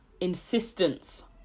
insistence